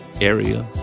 area